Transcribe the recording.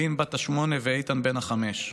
אלין בת השמונה ואיתן בן החמש.